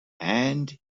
and